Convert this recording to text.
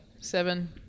Seven